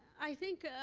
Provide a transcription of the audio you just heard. i think,